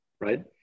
Right